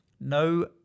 no